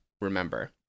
remember